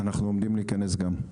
אנחנו עומדים להיכנס לזה גם.